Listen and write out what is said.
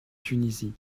tunisie